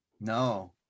No